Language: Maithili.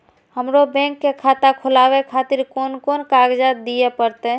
हमरो बैंक के खाता खोलाबे खातिर कोन कोन कागजात दीये परतें?